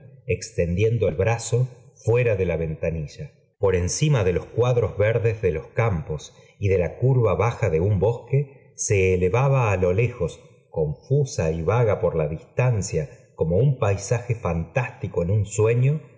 extendiendo el brazo fuera de la ventanilla por encima de los cuadros verdes de los campos y de la curva baja de un bosque se elevaba á lo lejos confusa y vaga por la distancia como un paisaje fantástico en un sueño